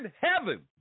heaven